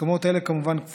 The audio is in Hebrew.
ההסכמות האלה כפופות,